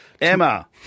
Emma